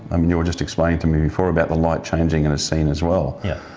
i mean you were just explaining to me before about the light changing in a scene as well. yeah.